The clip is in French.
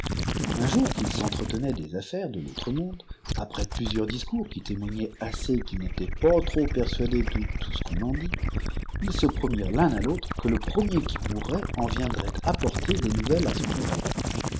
n jour qu'ilss'entretenaient des affaires de l'autre monde après plueurs discours qui témoignaient assez qu'ils n'étaient pas trop persuadés de tout ce qu'on en dit ils se promirent l'un à l'autre que le premier qui mourrait en viendrait apporter des nouvelles à son compagnon